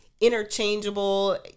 interchangeable